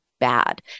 bad